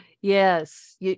Yes